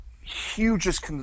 hugest